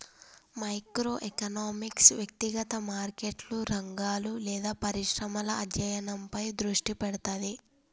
micro economics వ్యక్తిగత మార్కెట్లు, రంగాలు లేదా పరిశ్రమల అధ్యయనంపై దృష్టి పెడతది